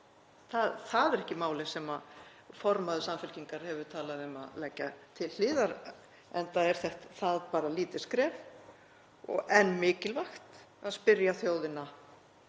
Það er ekki málið sem formaður Samfylkingarinnar hefur talað um að leggja til hliðar, enda er það bara lítið skref en mikilvægt að spyrja þjóðina